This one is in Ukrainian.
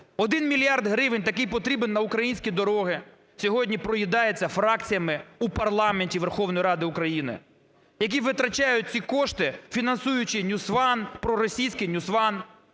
Один мільярд гривень, такий потрібний на українські дороги, сьогодні проїдається фракціями у парламенті Верховної Ради України, які витрачають ці кошти, фінансуючи NewsOne, проросійський NewsOne,